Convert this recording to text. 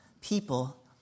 people